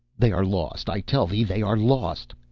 they are lost, i tell thee, they are lost.